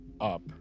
up